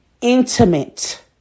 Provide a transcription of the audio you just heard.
intimate